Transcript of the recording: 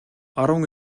арван